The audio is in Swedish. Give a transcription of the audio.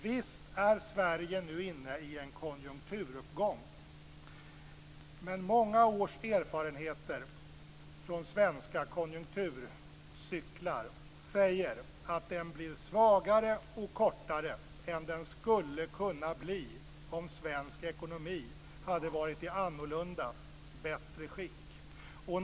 Visst är Sverige nu inne i en konjunkturuppgång. Men många års erfarenheter från svenska konjunkturcykler säger att den blir svagare och kortare än den skulle kunna bli om svensk ekonomi hade varit i annorlunda och bättre skick.